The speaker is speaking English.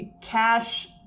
Cash